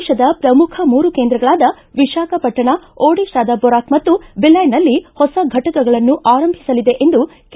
ದೇಶದ ಪ್ರಮುಖ ಮೂರು ಕೇಂದ್ರಗಳಾದ ವಿಶಾಖಪಟ್ಟಣ ಒಡಿಶಾದ ಬೊರಾಕ ಮತ್ತು ಬಿಲ್ಯಾನಲ್ಲಿ ಹೊಸ ಫಟಕಗಳನ್ನು ಆರಂಭಿಸಲಿದೆ ಎಂದು ಕೆ